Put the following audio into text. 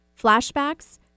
flashbacks